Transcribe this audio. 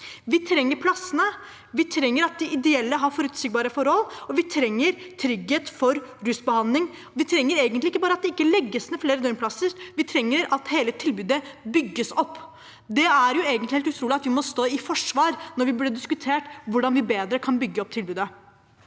Vi trenger plassene, vi trenger at de ideelle har forutsigbare forhold, og vi trenger trygghet for rusbehandling. Vi trenger ikke bare at det ikke legges ned flere døgnplasser; vi trenger at hele tilbudet bygges opp. Det er egentlig helt utrolig at vi må stå i forsvar, når vi burde diskutert hvordan vi bedre kan bygge opp tilbudet.